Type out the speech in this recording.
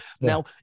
now